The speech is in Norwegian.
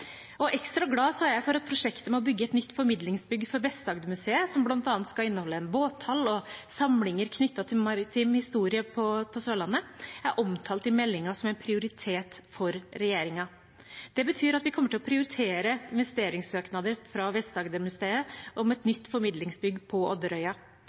Ekstra glad er jeg for at prosjektet med å bygge et nytt formidlingsbygg for Vest-Agder-museet, som bl.a. skal inneholde båthall og samlinger knyttet til maritim historie på Sørlandet, er omtalt i meldingen som en prioritet for regjeringen. Det betyr at vi kommer til å prioritere investeringssøknader fra Vest-Agder-museet om et